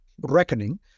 reckoning